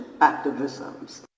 activisms